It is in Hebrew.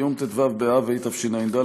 ביום ט"ו באב התשע"ד,